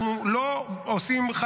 אנחנו לא עושים אמירה,